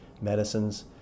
medicines